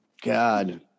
god